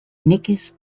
nekez